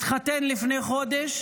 התחתן לפני חודש